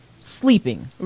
sleeping